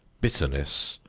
bitterness,